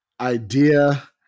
idea